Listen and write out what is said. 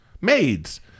Maids